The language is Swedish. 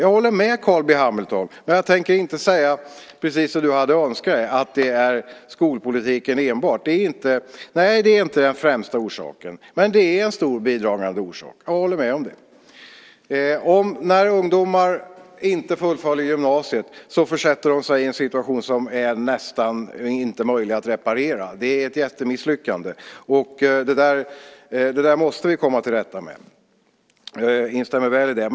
Jag håller med Carl B Hamilton, men jag tänker inte säga precis som han hade önskat, att det är enbart skolpolitiken. Nej, det är inte den främsta orsaken, men det är en stor bidragande orsak. Jag håller med om det. När ungdomar inte fullföljer gymnasiet försätter de sig i en situation som nästan inte är möjlig att reparera. Det är ett jättemisslyckande. Det där måste vi komma till rätta med. Jag instämmer i det.